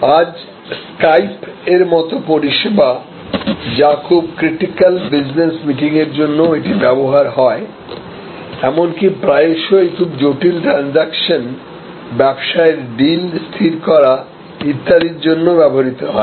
আজ স্কাইপ এর মতো পরিষেবা বা খুব ক্রিটিক্যাল বিজনেস মিটিং এর জন্যও এটি ব্যবহার হয় এমনকি প্রায়শই খুব জটিল ট্রানজেকশন ব্যবসায়ের ডিল স্থির করা ইত্যাদির জন্য ব্যবহৃত হয়